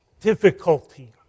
difficulty